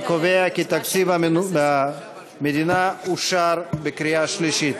אני קובע כי תקציב המדינה אושר בקריאה שלישית.